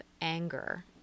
anger